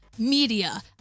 media